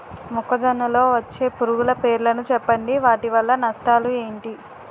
మొక్కజొన్న లో వచ్చే పురుగుల పేర్లను చెప్పండి? వాటి వల్ల నష్టాలు ఎంటి?